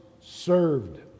served